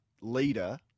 leader